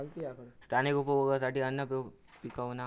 स्थानिक उपभोगासाठी अन्न पिकवणा ह्या उष्णकटिबंधीय शेतीचो भाग असा